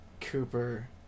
Cooper